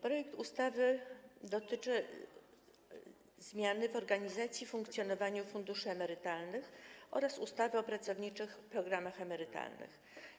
Projekt ustawy dotyczy zmiany ustawy o organizacji i funkcjonowaniu funduszy emerytalnych oraz ustawy o pracowniczych programach emerytalnych.